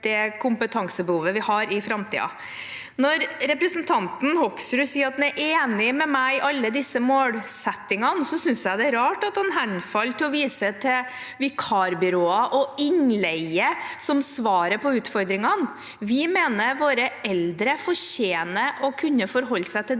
Når representanten Hoksrud sier at han er enig med meg i alle disse målsettingene, synes jeg det er rart at han henfaller til å vise til vikarbyråer og innleie som svaret på utfordringene. Vi mener at våre eldre fortjener å kunne forholde seg til de samme